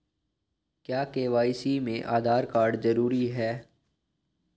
क्या के.वाई.सी में आधार कार्ड जरूरी है?